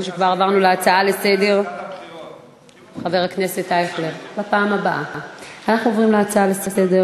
להצעות לסדר-היום מס' 4120,